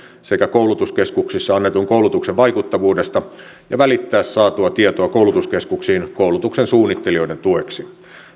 sekä koulutuskeskuksissa annetun koulutuksen vaikuttavuudesta ja välittää saatua tietoa koulutuskeskuksiin koulutuksen suunnittelijoiden tueksi